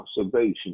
observation